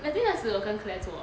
I think 那时我跟 claire 做